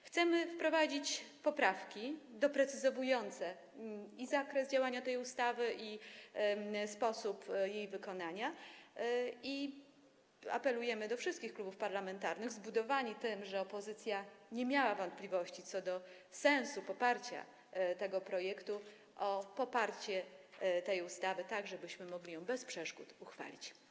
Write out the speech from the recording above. Chcemy wprowadzić poprawki doprecyzowujące zakres działania tej ustawy i sposób jej wykonania i apelujemy do wszystkich klubów parlamentarnych - zbudowani tym, że opozycja nie miała wątpliwości co do sensu poparcia tego projektu - o poparcie tej ustawy, tak żebyśmy mogli ją bez przeszkód uchwalić.